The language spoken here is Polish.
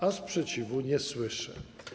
A sprzeciwu nie słyszę.